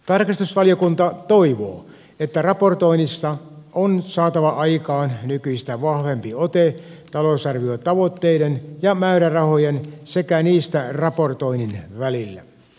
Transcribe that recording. tarkastusvaliokunta toivoo että raportoinnissa on saatava aikaan nykyistä vahvempi ote talousarviotavoitteiden ja määrärahojen sekä niistä raportoinnin välillä